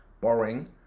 boring